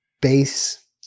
base